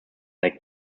lake